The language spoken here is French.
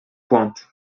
pointes